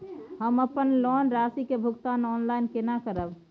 हम अपन लोन राशि के भुगतान ऑनलाइन केने करब?